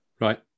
right